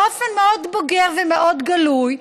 באופן מאוד בוגר ומאוד גלוי,